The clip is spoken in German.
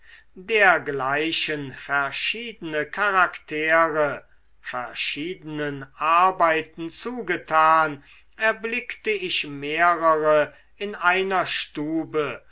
dergleichen verschiedene charaktere verschiedenen arbeiten zugetan erblickte ich mehrere in einer stube